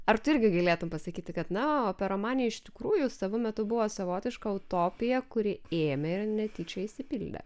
ar tu irgi galėtum pasakyti kad na operomanija iš tikrųjų savu metu buvo savotiška utopija kuri ėmė ir netyčia išsipildė